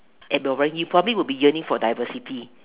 and you know you probably would be yearning for diversity